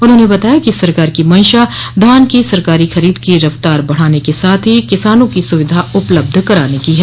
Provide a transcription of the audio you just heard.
उन्होंने बताया कि सरकार की मंशा धान की सरकारी खरीद की रफतार बढ़ाने के साथ ही किसानों को सुविधा उपलब्ध कराने की है